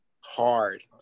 hard